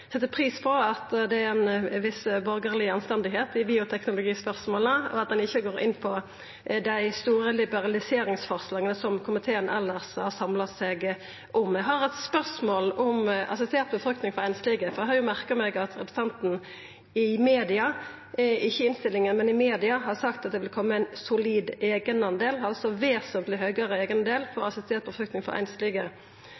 set pris på at det er ein viss borgarleg anstendigheit i bioteknologispørsmålet, og at ein ikkje går inn på dei store liberaliseringsforslaga som komiteen elles har samla seg om. Eg har eit spørsmål om assistert befruktning for einslege. Eg har merka meg at representanten i media – ikkje i innstillinga – har sagt at det vil koma ein solid eigendel, vesentleg høgare, for assistert befruktning for einslege enn for andre helsetenester. Kan representanten utdjupa det? Vert det på